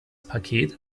paket